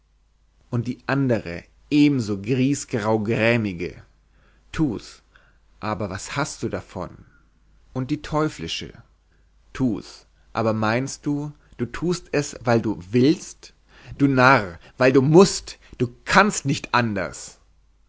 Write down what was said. und die andere die ebenso griesgraugrämige tu's aber was hast du davon und die teuflische tu's aber meinst du du tust es weil du willst du narr weil du mußt du kannst nicht anders